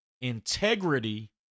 integrity